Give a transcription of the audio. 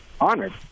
honored